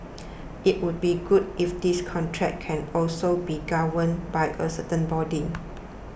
it would be good if this contract can also be governed by a certain body